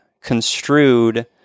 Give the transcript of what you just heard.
construed